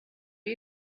you